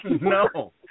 No